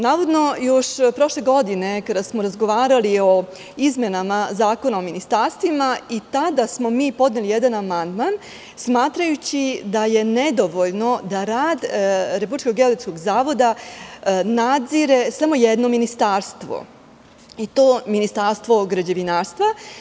Navodno, još prošle godine kada smo razgovarali o izmenama Zakona o ministarstvima, i tada smo mi podneli jedan amandman, smatrajući da je nedovoljno da rad RGZ nadzire samo jedno ministarstvo i to Ministarstvo građevinarstva.